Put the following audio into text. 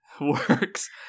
Works